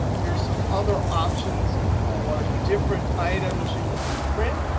here are some other options for different items you can print.